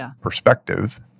perspective